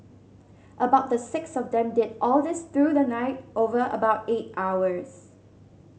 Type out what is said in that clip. about the six of them did all this through the night over about eight hours